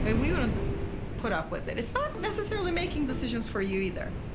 ah we want to put up with it. it's not necessarily making decisions for you either,